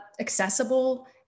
accessible